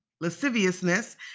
lasciviousness